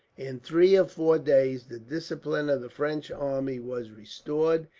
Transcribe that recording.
in three or four days the discipline of the french army was restored,